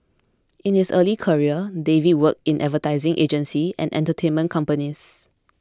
in his early career David worked in advertising agencies and entertainment companies